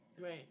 Right